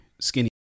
Skinny